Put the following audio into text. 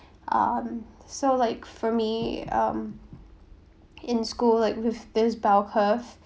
um so like for me um in school at with this bell curve